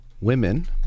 women